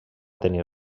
tenir